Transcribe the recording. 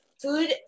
Food